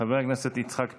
חבר הכנסת יצחק פינדרוס,